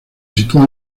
sitúa